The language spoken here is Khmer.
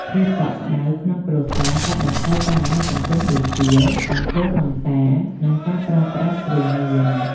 ភាពកក់ក្ដៅក្នុងគ្រួសារកាត់បន្ថយបញ្ហាសង្គមដូចជា អំពើហិង្សា និងការប្រើប្រាស់គ្រឿងញៀន។